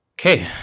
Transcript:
okay